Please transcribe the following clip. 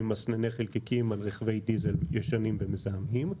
מסנני חלקיקים על רכבי דיזל ישנים ומזהמים.